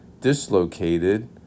dislocated